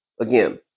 again